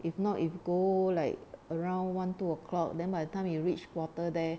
if not if go like around one two o'clock then by the time you reach quarter there